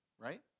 Right